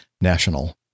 national